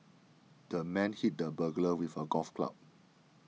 the man hit the burglar with a golf club